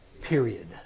period